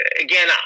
again